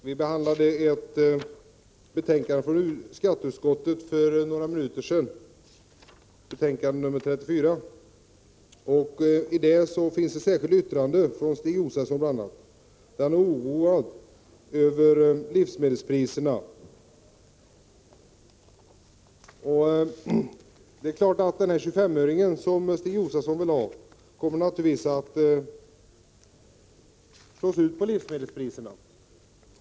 Herr talman! Vi behandlade för några minuter sedan skatteutskottets betänkande 34. I detta betänkande finns det ett särskilt yttrande av bl.a. Stig Josefson. I detta särskilda yttrande oroar man sig över livsmedelspriserna. Det är klart att denna 25-öring som Stig Josefson vill ha naturligtvis kommer att slås ut på livsmedelspriserna.